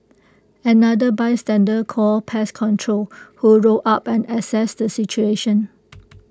another bystander called pest control who rolled up and assessed the situation